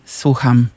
słucham